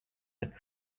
that